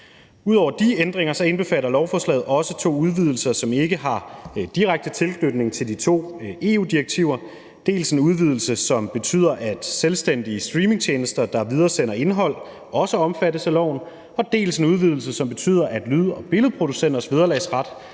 Ud over de ændringer indbefatter lovforslaget også to udvidelser, som ikke har direkte tilknytning til de to EU-direktiver. Det er dels en udvidelse, som betyder, at selvstændige streamingtjenester, der videresender indhold, også omfattes af loven, dels en udvidelse, som betyder, at lyd- og billedproducenters vederlagsret